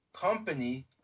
company